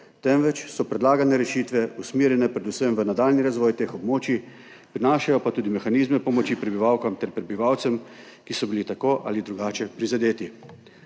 temveč so predlagane rešitve usmerjene predvsem v nadaljnji razvoj teh območij, prinašajo pa tudi mehanizme pomoči prebivalkam ter prebivalcem, ki so bili tako ali drugače prizadeti.